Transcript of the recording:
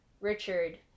Richard